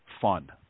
fun